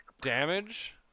Damage